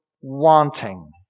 wanting